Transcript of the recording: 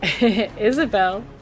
Isabel